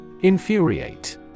Infuriate